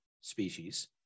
species